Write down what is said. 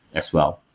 as well.